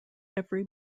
every